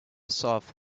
solve